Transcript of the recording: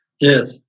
Yes